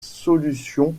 solution